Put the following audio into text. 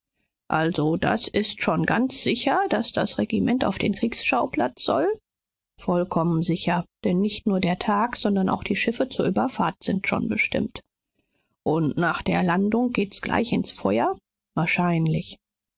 also das ist schon ganz sicher daß das regiment auf den kriegsschauplatz soll vollkommen sicher denn nicht nur der tag sondern auch die schiffe zur überfahrt sind schon bestimmt und nach der landung geht's gleich ins feuer wahrscheinlich